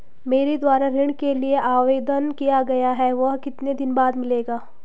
मेरे द्वारा ऋण के लिए आवेदन किया गया है वह कितने दिन बाद मिलेगा?